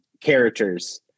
characters